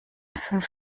fünf